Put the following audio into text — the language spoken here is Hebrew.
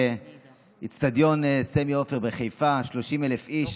באצטדיון סמי עופר בחיפה: 30,000 איש,